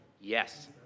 Yes